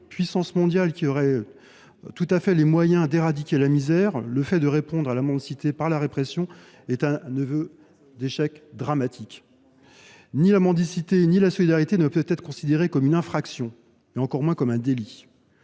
puissance mondiale, aurait tout à fait les moyens d’éradiquer la misère. Mais que fait elle ? Elle répond à la mendicité par la répression : c’est un dramatique aveu d’échec ! Ni la mendicité ni la solidarité ne peuvent être considérées comme une infraction, et encore moins comme un délit.